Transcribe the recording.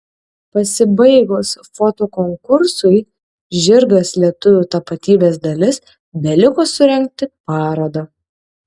pasibaigus fotokonkursui žirgas lietuvio tapatybės dalis beliko surengti parodą